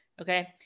Okay